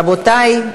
רבותי,